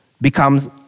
becomes